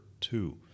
two